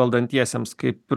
valdantiesiems kaip ir